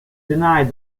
denied